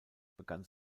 begann